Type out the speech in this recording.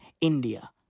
India